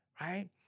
right